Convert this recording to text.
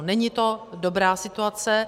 Není to dobrá situace.